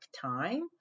time